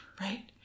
Right